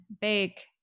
Bake